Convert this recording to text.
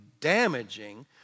damaging